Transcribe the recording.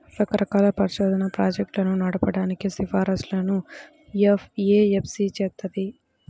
రకరకాల పరిశోధనా ప్రాజెక్టులను నడపడానికి సిఫార్సులను ఎఫ్ఏఎస్బి చేత్తది